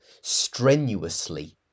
strenuously